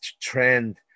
trend